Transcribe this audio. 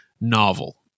novel